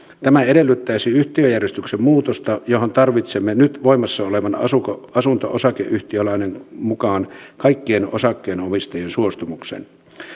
tämä edellyttäisi yhtiöjärjestyksen muutosta johon tarvitsemme nyt voimassa olevan asunto asunto osakeyhtiölain mukaan kaikkien osakkeenomistajien suostumuksen